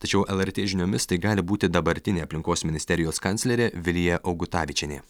tačiau lrt žiniomis tai gali būti dabartinė aplinkos ministerijos kanclerė vilija augutavičienė